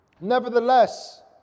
Nevertheless